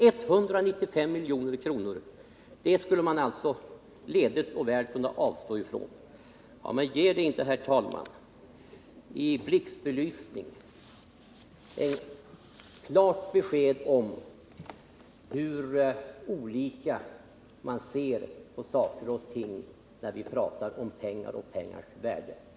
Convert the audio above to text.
Man skulle alltså utan vidare kunna avstå från 195 milj.kr. Ger inte det, herr talman, i blixtbelysning ett klart besked om hur olika man ser på saker och ting när pengar och pengars värde kommer på tal?